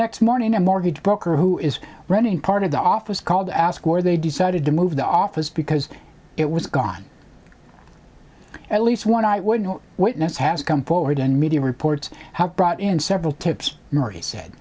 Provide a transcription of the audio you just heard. next morning a mortgage broker who is running part of the office called to ask or they decided to move the office because it was gone at least one i would not witness has come forward and media reports have brought in several tips murray said